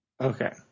Okay